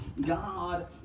God